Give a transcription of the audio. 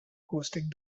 hosting